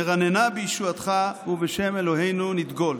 נרננה בישועתך ובשם אלהינו נדגל,